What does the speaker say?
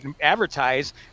advertise